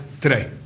today